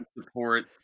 support